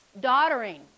daughtering